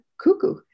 cuckoo